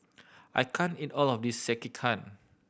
I can't eat all of this Sekihan